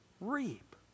reap